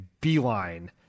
beeline